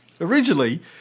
originally